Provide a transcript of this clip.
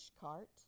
cart